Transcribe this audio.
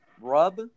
Rub